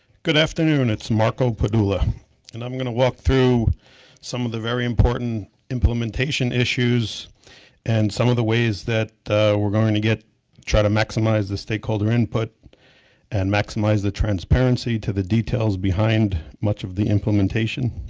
good afternoon. it's marco pedula and i'm going to walk through some of the very important implementation issues and some of the ways that we're going to get try to maximize the stakeholder input and maximize the transparency to the details behind much of the implementation.